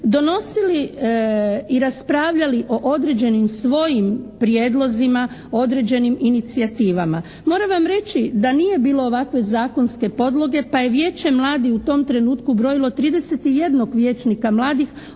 donosili i raspravljali o određenim svojim prijedlozima, određenim inicijativama. Moram vam reći da nije bilo ovakve zakonske podloge, pa je Vijeće mladih u tom trenutku brojilo 31 vijećnika mladih,